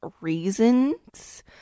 reasons